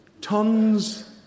Tons